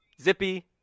zippy